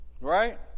Right